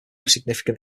significant